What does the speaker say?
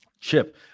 chip